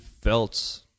felt